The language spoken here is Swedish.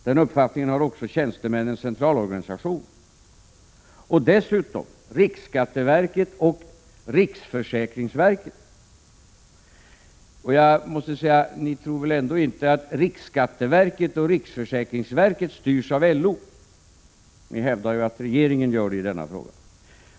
Den uppfattningen har också Tjänstemännens centralorganisation, riksskatteverket och riksförsäkringsverket. Ni tror väl ändå inte att rikskatteverket och riksförsäkringsverket styrs av LO? Ni hävdar ju att regeringen gör det i denna fråga.